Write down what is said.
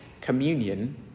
communion